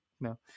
no